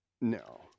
No